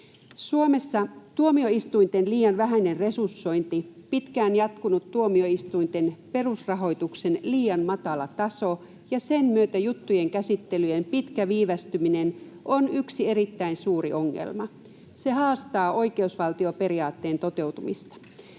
Suomessa tuomioistuinten liian vähäinen resursointi — pitkään jatkunut tuomioistuinten perusrahoituksen liian matala taso ja sen myötä juttujen käsittelyjen pitkä viivästyminen — on yksi erittäin suuri ongelma. Se haastaa oikeusvaltioperiaatteen toteutumista.